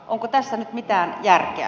onko tässä nyt mitään järkeä